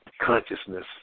consciousness